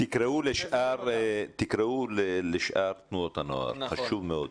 תקראו לשאר תנועות הנוער, חשוב מאוד.